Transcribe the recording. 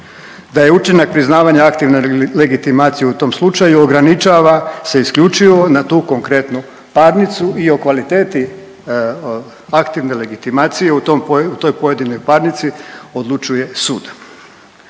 da je učinak priznavanja aktivne legitimacije u tom slučaju ograničava se isključivo na tu konkretnu parnicu i o kvaliteti aktivne legitimacije u tom po…, u toj pojedinoj parnici odlučuje sud.